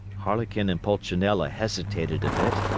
harlequin and pulcinella hesitated a bit.